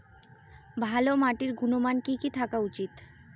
ভালো মাটির গুণমান কি কি থাকা উচিৎ?